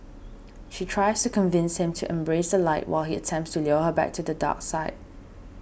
she tries to convince him to embrace the light while he attempts to lure her to the dark side